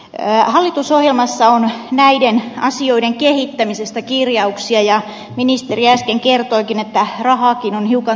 erään hallitusohjelmassa on näiden asioiden kehittämisestä kirjauksiajä ministeri äsken kertoikin että rahaakin on hiukan